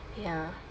ya